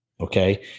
okay